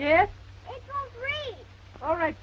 yes all right